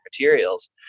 materials